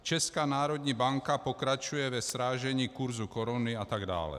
Česká národní banka pokračuje ve srážení kurzu koruny atd.